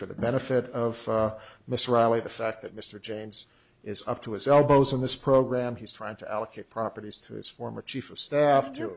for the benefit of miss reilly the fact that mr james is up to his elbows in this program he's trying to allocate properties to his former chief of staff to